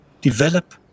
develop